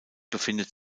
befindet